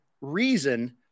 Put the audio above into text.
reason